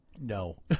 No